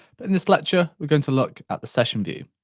but in this lecture, we're going to look at the session view.